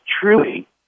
truly